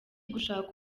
gushaka